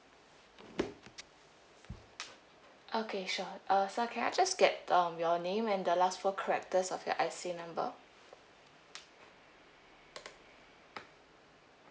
okay sure uh sir can I just get um your name and the last four characters of your I_C number